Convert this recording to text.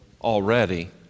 already